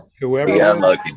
whoever